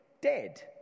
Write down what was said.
dead